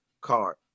card